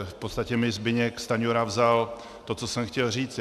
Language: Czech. V podstatě mi Zbyněk Stanjura vzal to, co jsem chtěl říct.